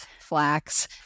flax